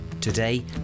Today